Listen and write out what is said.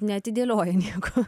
neatidėlioja nieko